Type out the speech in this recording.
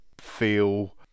feel